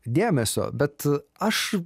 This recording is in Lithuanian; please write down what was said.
dėmesio bet aš